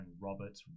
Robert